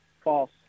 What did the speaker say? False